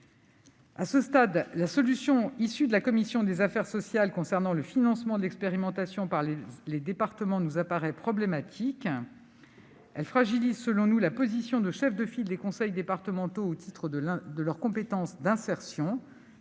À ce stade, la solution issue des travaux de la commission des affaires sociales concernant le financement de l'expérimentation par les départements nous apparaît problématique. Elle fragilise selon nous la position de chef de file des conseils départementaux au titre de leur compétence en matière